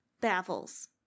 baffles